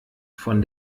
von